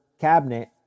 cabinet